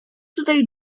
tutaj